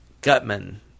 Gutman